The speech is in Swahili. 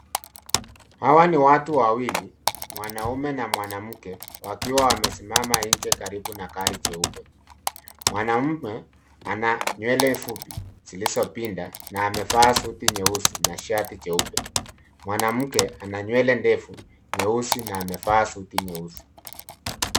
Hawa ni watu wawili, mwanaume na mwanamke wakiwa wamesimama nje karibu na gari jeupe. Mwanaume ana nywele fupi zilizopinda na amevaa suti nyeusi na shati jeupe. Mwanamke ana nywele ndefu nyeusi na amevaa suti nyeusi.